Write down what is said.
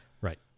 Right